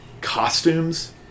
costumes